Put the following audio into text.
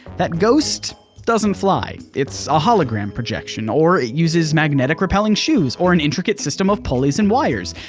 that ghost doesn't fly, it's a hologram projection, or it uses magnetic repelling shoes, or an intricate system of pulleys and wires.